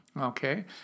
Okay